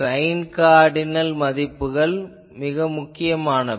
sign cardinal மதிப்புகள் முக்கியமானவை